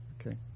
Okay